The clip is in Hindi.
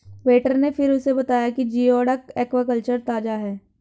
वेटर ने फिर उसे बताया कि जिओडक एक्वाकल्चर ताजा है